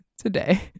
today